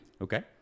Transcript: Okay